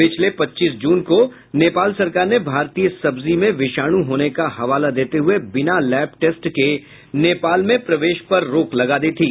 पिछले पच्चीस जून को नेपाल सरकार ने भारतीय सब्जी में विषाणु होने का हवाला देते हुये बिना लैब टेस्ट के नेपाल में प्रवेश पर रोक लगा दी थी